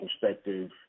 perspective